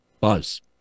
buzz